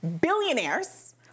billionaires